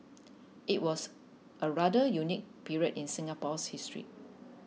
it was a rather unique period in Singapore's history